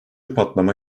patlama